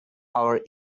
our